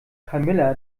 camilla